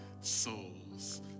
souls